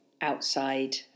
outside